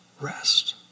Rest